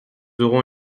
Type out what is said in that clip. aurons